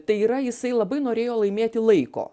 tai yra jisai labai norėjo laimėti laiko